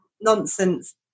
nonsense